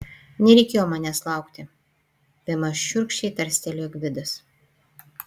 nereikėjo manęs laukti bemaž šiurkščiai tarstelėjo gvidas